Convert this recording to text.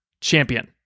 Champion